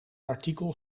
artikel